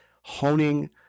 honing